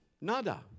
Nada